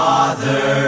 Father